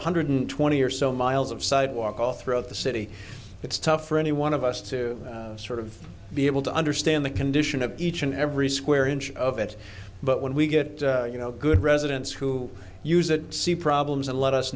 one hundred twenty or so miles of sidewalk all throughout the city it's tough for any one of us to sort of be able to understand the condition of each and every square inch of it but when we get you know good residents who use it see problems and let us